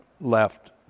left